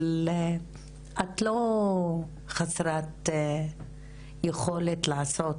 אבל את לא חסרת יכולת לעשות,